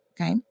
Okay